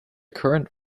current